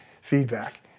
feedback